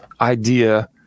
idea